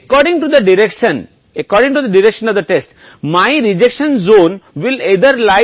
क्योंकि परीक्षण की दिशा के अनुसार मेरा अस्वीकृति क्षेत्र दोनों तरफ और केवल 1 पक्ष कि तरफ होगा